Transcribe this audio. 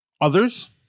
others